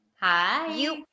Hi